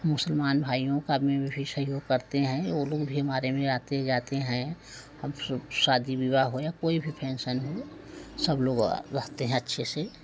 मुसलमान भाईयों काम में भी सहयोग करते हैं वो लोग भी हमारे में आते जाते हैं हम शादी विवाह हो या कोई भी फेन्सन हो सब लोग रहते हैं अच्छे से